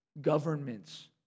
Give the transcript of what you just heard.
governments